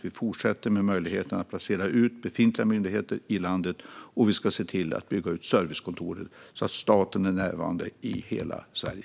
Vi fortsätter nu med möjligheten att placera ut befintliga myndigheter i landet, och vi ska se till att bygga ut servicekontoren så att staten är närvarande i hela Sverige.